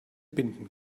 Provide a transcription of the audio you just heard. binden